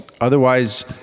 Otherwise